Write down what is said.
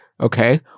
okay